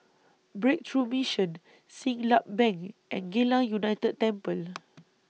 Breakthrough Mission Siglap Bank and Geylang United Temple